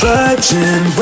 Virgin